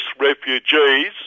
refugees